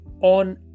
on